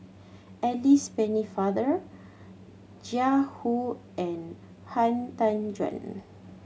Alice Pennefather Jiang Hu and Han Tan Juan